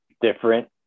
different